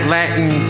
Latin